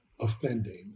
offending